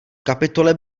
kapitole